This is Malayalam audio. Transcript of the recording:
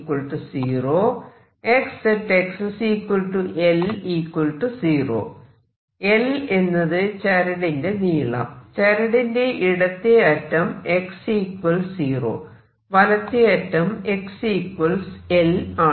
L എന്നത് ചരടിന്റെ നീളം ചരടിന്റെ ഇടത്തെ അറ്റം x 0 വലത്തേ അറ്റം x L ആണ്